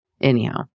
Anyhow